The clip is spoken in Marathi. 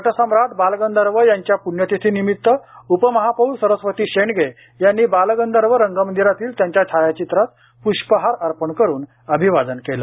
नटसम्राट बालगंधर्व यांच्या पुण्यतिथीनिमित्त उपमहापौर सरस्वती शेंडगे यांनी बालगंधर्व रंगमंदिरातील त्यांच्या छायाचित्रास पुष्पहार अर्पण करून अभिवादन केले